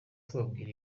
tubabwira